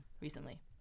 recently